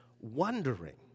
wondering